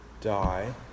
die